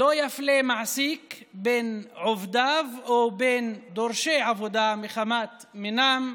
"לא יפלה מעסיק בין עובדיו או בין דורשי עבודה מחמת מינם,